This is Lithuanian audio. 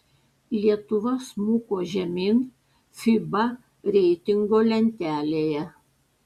lietuva smuko žemyn fiba reitingo lentelėje